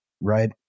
right